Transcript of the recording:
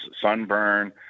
sunburn